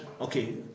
okay